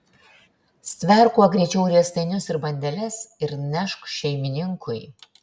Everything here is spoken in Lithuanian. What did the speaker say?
stverk kuo greičiau riestainius ir bandeles ir nešk šeimininkui